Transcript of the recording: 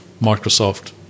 Microsoft